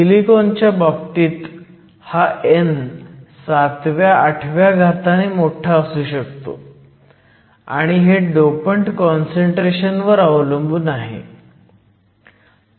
सिलिकॉनच्या बाबतीत हा n सातव्या आठव्या घाताने मोठा असू शकतो आणि हे डोपंट काँसंट्रेशन वर अवलंबून आहे